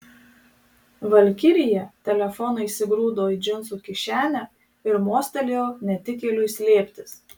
valkirija telefoną įsigrūdo į džinsų kišenę ir mostelėjo netikėliui slėptis